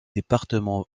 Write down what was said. départements